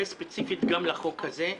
וספציפית גם לחוק הזה.